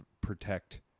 protect